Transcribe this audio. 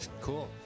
Cool